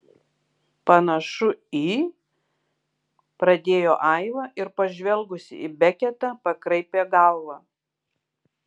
panašu į pradėjo aiva ir pažvelgusi į beketą pakraipė galvą